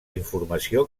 informació